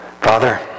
Father